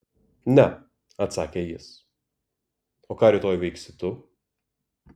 ne atsakė jis o ką rytoj veiksi tu